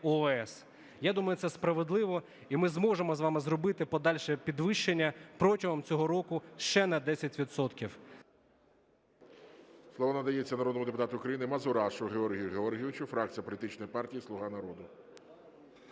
Я думаю, це справедливо, і ми зможемо з вами зробити подальше підвищення протягом цього року ще на 10